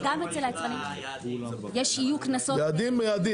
יעדים יעדים.